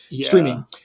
streaming